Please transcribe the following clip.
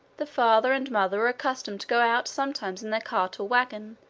the father and mother were accustomed to go out sometimes in their cart or wagon,